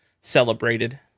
celebrated